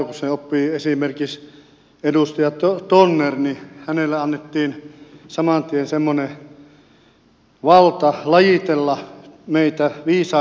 kun sen oppi esimerkiksi edustaja donner hänelle annettiin saman tien valta lajitella meitä viisaisiin ja tyhmiin